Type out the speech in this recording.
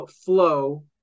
flow